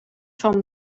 van